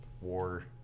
war